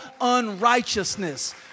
unrighteousness